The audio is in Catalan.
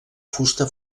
fusta